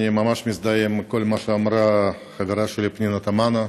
אני ממש מזדהה עם כל מה שאמרה חברה שלי פנינה תמנו.